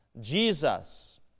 Jesus